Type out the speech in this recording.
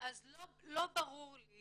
אז לא ברור לי